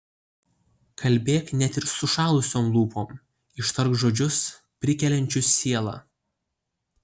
kalbėk net ir sušalusiom lūpom ištark žodžius prikeliančius sielą